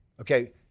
okay